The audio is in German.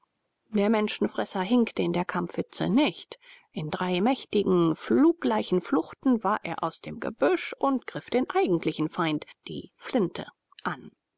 der menschenfresser hinkte in der kampfhitze nicht in drei mächtigen fluggleichen fluchten war er aus dem gebüsch und griff den eigentlichen feind die flinte an